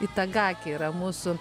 itagaki yra mūsų